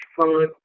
fun